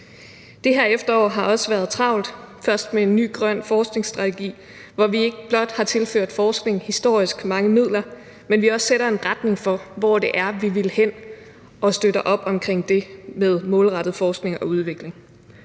Det her efterår har også været travlt – først med en ny grøn forskningsstrategi, hvor vi ikke blot har tilført forskning historisk mange midler, men også sætter en retning for, hvor det er, vi vil hen, og støtter op omkring det med målrettet forskning og udvikling.